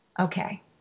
Okay